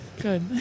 good